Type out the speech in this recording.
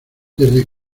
desde